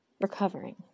Recovering